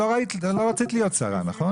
לא רצית להיות שרה, נכון?